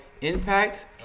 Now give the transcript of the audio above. impact